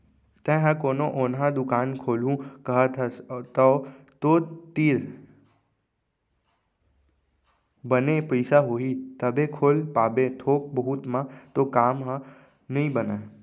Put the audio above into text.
तेंहा कोनो ओन्हा दुकान खोलहूँ कहत हस तव तो तोर तीर बने पइसा होही तभे खोल पाबे थोक बहुत म तो काम ह नइ बनय